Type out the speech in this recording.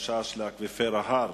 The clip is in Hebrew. חשש לאקוויפר ההר,